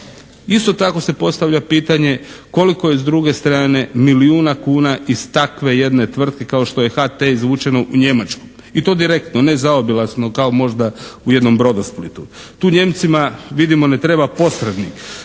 isto tako se postavlja pitanje koliko je s druge strane milijuna kuna iz takve jedne tvrtke kao što je HT izvučeno u Njemačku. I to direktno, ne zaobilazno kao možda u jednom Brodosplitu. Tu Nijemcima vidimo ne treba posrednik,